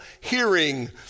hearing